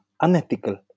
unethical